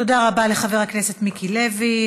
תודה רבה לחבר הכנסת מיקי לוי.